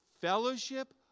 fellowship